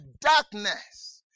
darkness